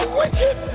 wicked